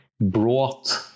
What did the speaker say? brought